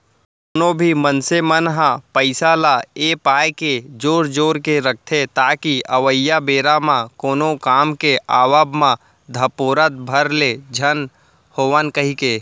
कोनो भी मनसे मन ह पइसा ल ए पाय के जोर जोर के रखथे ताकि अवइया बेरा म कोनो काम के आवब म धपोरत भर ले झन होवन कहिके